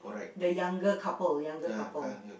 the younger couple younger couple